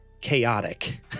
chaotic